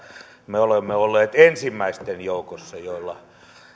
me olemme olleet ensimmäisten joukossa joilla on